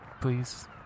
please